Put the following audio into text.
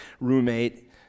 roommate